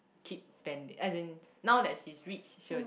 keep spending as in now that she's rich she will just